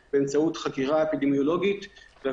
שבאו במגע קרוב עם חולה באמצעות חקירה אפידמיולוגית בשיטות אחרות,